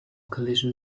collision